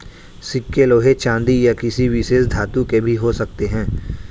सिक्के लोहे चांदी या किसी विशेष धातु के भी हो सकते हैं